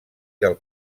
del